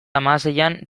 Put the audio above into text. hamaseian